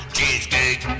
Cheesecake